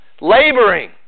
Laboring